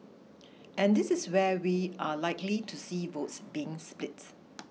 and this is where we are likely to see votes being split